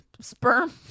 sperm